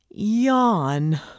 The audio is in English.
yawn